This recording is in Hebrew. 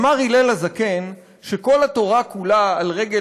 אמר הלל הזקן שכל התורה כולה על רגל